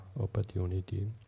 opportunity